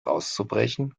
auszubrechen